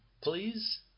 please